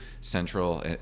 central